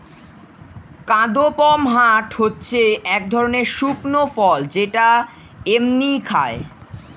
কাদপমহাট হচ্ছে এক ধরণের শুকনো ফল যেটা এমনিই খায়